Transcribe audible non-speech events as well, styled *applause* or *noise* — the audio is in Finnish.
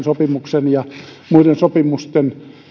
*unintelligible* sopimuksen ja muiden sopimusten